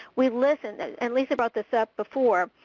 we listen, and lisa brought this up before,